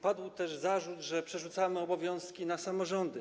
Padł też zarzut, że przerzucamy obowiązki na samorządy.